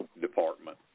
department